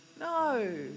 No